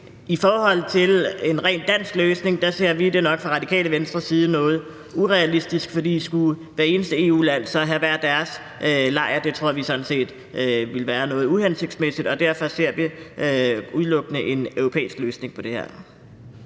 I forhold til en rent dansk løsning ser vi det nok fra Radikale Venstres side som noget urealistisk, for skulle hvert eneste EU-land så have hver sin lejr? Det tror vi sådan set ville være noget uhensigtsmæssigt, og derfor ser vi udelukkende en europæisk løsning på det her.